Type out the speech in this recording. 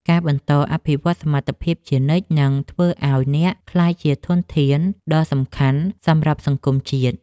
ការបន្តអភិវឌ្ឍសមត្ថភាពជានិច្ចនឹងធ្វើឱ្យអ្នកក្លាយជាធនធានដ៏សំខាន់សម្រាប់សង្គមជាតិ។